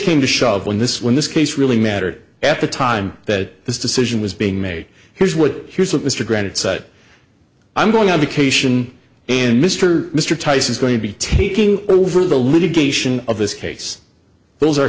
came to shove when this when this case really mattered at the time that this decision was being made here's what here's what mr granted sight i'm going on vacation and mr mr tice is going to be taking over the litigation of this case those are